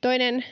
Toinen